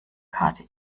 karte